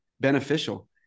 beneficial